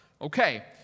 okay